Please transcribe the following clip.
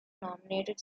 nominated